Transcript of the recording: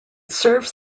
serves